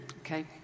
Okay